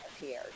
appeared